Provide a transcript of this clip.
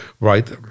right